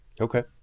Okay